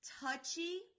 touchy